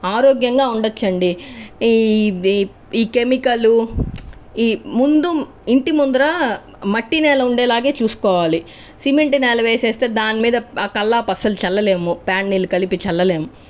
ఆరోగ్యంగా ఉండవచ్చు అండి ఈ కెమికలు ఈ ముందు ఇంటి ముందర మట్టి నెల వుండేలాగా చూసుకోవాలి సిమెంట్ నేల వేసేస్తే దానిమీద కల్లాపి అసలు చల్లలేము పేడ నీళ్ళు కలిపి చల్లలేము